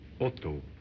Otto